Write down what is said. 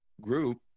group